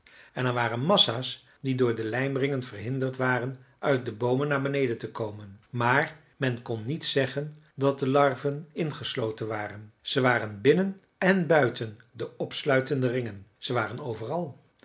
en er waren massa's die door de lijmringen verhinderd waren uit de boomen naar beneden te komen maar men kon niet zeggen dat de larven ingesloten waren ze waren binnen en buiten de opsluitende ringen ze waren overal